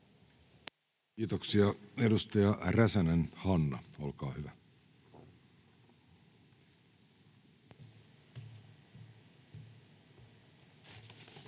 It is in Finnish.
Kiitoksia. — Edustaja Räsänen, Hanna, olkaa hyvä. [Speech